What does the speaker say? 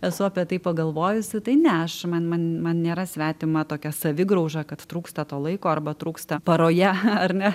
esu apie tai pagalvojusi tai ne aš man man man man nėra svetima tokia savigrauža kad trūksta to laiko arba trūksta paroje ar ne